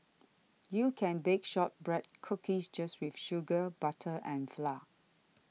you can bake Shortbread Cookies just with sugar butter and flour